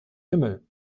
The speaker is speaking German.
himmel